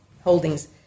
holdings